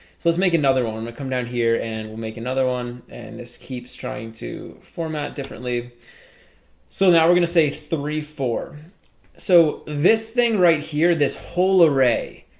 so let's make another one and we'll come down here and we'll make another one and this keeps trying to format differently so now we're gonna say three four so this thing right here this whole array,